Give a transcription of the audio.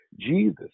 Jesus